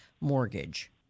mortgage